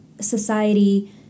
society